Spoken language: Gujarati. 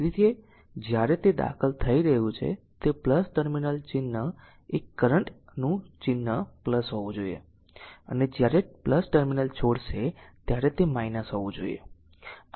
તેથી જ્યારે તે દાખલ થઈ રહ્યું છે તે ટર્મિનલ ચિહ્ન એ કરંટ નું ચિહ્ન હોવું જોઈએ અને જ્યારે ટર્મિનલ છોડશે ત્યારે તે હોવું જોઈએ